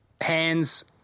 hands